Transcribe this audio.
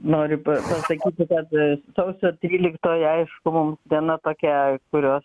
nori pa pasakyti kad sausio tryliktoji aišku mums diena tokia kurios